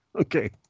Okay